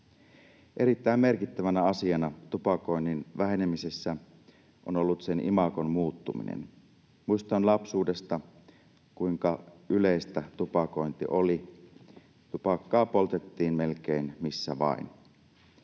Erittäin merkittävänä asiana tupakoinnin vähenemisessä on ollut sen imagon muuttuminen. Muistan lapsuudesta, kuinka yleistä tupakointi oli. Tupakkaa poltettiin melkein missä vain.